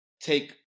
take